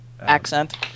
accent